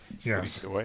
Yes